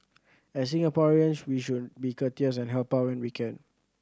as Singaporeans we should be courteous and help out when we can